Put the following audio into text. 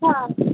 हां